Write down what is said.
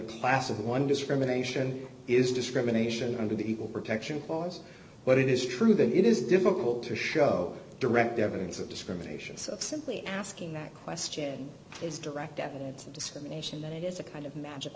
class of one discrimination is discrimination under the equal protection clause but it is true that it is difficult to show direct evidence of discrimination so of simply asking that question is direct evidence of discrimination that it is a kind of magic